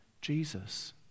Jesus